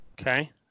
Okay